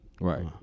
Right